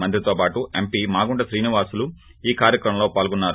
మంత్రితో పాటు ఎంపీ మాగుంట శ్రీనివాసులు ఈ కార్యక్రమంలో పాల్గొన్నారు